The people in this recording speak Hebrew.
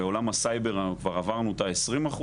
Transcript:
בעולם הסייבר כבר עברנו את ה 20%,